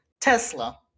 Tesla